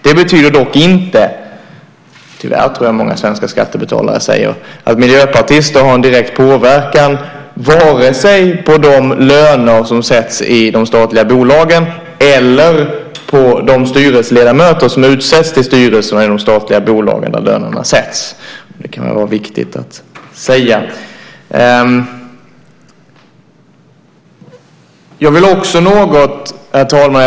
Det betyder dock inte - tyvärr, tror jag att svenska skattebetalare säger - att miljöpartister har en direkt påverkan på vare sig de löner som sätts i de statliga bolagen eller de styrelseledamöter som utses till styrelsen i de statliga bolagen där de lönerna sätts. Det kan vara viktigt att säga. Herr talman!